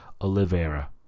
Oliveira